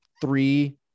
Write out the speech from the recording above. three